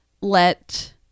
let